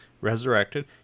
resurrected